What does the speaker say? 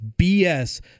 BS